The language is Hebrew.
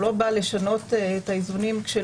הוא לא בא לשנות את האיזונים כשלעצמם.